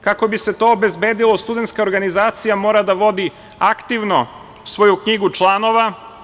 Kako bi se to obezbedilo, studentska organizacija mora da vodi aktivno svoju knjigu članova.